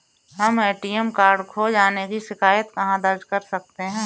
हम ATM card खो जाने की शिकायत कहाँ दर्ज कर सकते हैं?